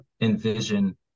envision